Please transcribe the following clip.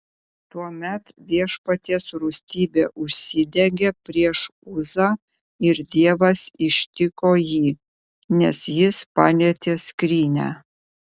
tuomet viešpaties rūstybė užsidegė prieš uzą ir dievas ištiko jį nes jis palietė skrynią